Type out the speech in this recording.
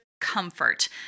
comfort